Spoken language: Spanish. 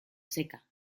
seca